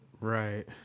Right